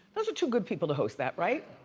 those are two good people to host that, right.